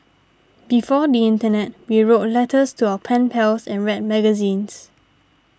before the internet we wrote letters to our pen pals and read magazines